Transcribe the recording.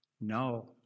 No